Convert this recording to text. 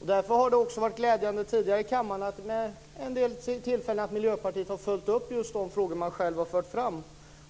Det har varit glädjande tidigare att Miljöpartiet har följt upp frågor som man själv har fört fram.